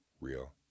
real